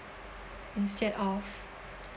instead of